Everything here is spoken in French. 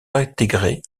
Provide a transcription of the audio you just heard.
d’intégrer